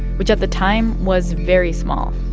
which at the time was very small.